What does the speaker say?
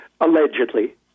allegedly